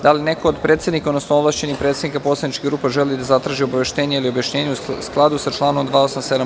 Da li se neko od predsednika, odnosno ovlašćenih predstavnika poslaničkih grupa želi da zatraži obaveštenje ili objašnjenje u skladu sa članom 287.